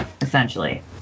essentially